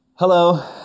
hello